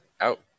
out